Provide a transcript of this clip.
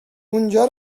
اونجا